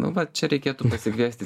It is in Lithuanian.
nu va čia reikėtų pasikviesti